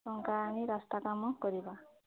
ଟଙ୍କା ଆଣି ରାସ୍ତା କାମ କରିବା